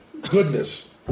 goodness